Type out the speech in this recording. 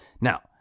Now